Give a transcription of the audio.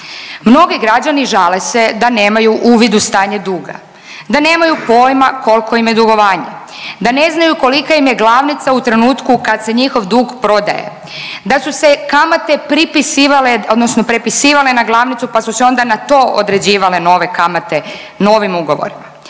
Mnogi građani žale se da nemaju uvid u stanje duga. Da nemaju pojma koliko im je dugovanje, da ne znaju kolika im je glavnica u trenutku kad se njihov dug prodaje, da su se kamate pripisivale odnosno prepisivale na glavnicu pa su se onda na to određivale nove kamate novim ugovorima.